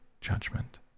judgment